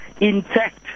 intact